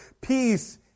Peace